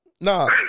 Nah